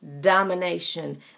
domination